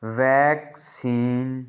vaccine